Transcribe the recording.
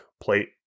plate